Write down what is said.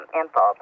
info